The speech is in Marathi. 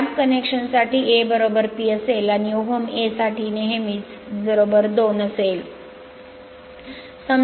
लॅब कनेक्शन साठी AP असेल आणि ओहम Aसाठी नेहमीच 2 असेल